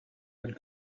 had